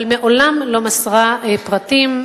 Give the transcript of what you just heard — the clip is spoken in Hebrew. אבל מעולם לא מסרה פרטים.